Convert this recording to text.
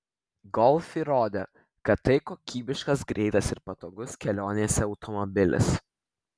golf įrodė kad tai kokybiškas greitas ir patogus kelionėse automobilis